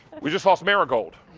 we just lost marigold.